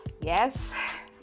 yes